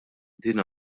din